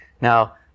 Now